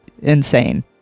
insane